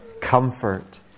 comfort